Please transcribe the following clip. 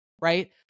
right